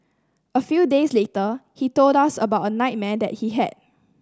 a few days later he told us about a nightmare he had